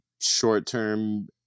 short-term